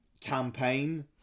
campaign